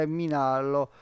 minarlo